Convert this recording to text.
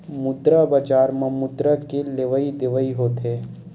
मुद्रा बजार म मुद्रा के लेवइ देवइ होथे